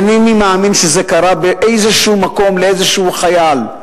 איני מאמין שזה קרה באיזשהו מקום לאיזשהו חייל.